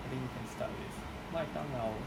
I think you can start with 麦当劳